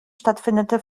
stattfindende